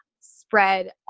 spread